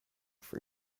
for